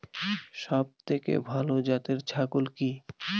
সবথেকে ভালো জাতের ছাগল কি?